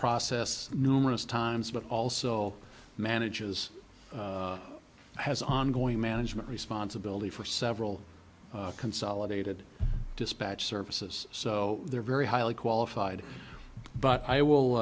process numerous times but also manages has ongoing management responsibility for several consolidated dispatch services so they're very highly qualified but i